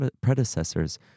predecessors